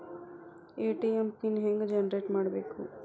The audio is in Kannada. ಎ.ಟಿ.ಎಂ ಪಿನ್ ಹೆಂಗ್ ಜನರೇಟ್ ಮಾಡಬೇಕು?